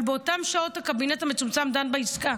אבל באותן שעות הקבינט המצומצם דן בעסקה,